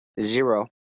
Zero